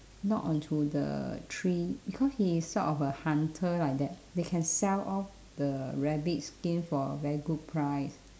knock onto the tree because he is sort of a hunter like that they can sell off the rabbit skin for a very good price